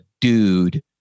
dude